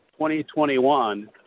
2021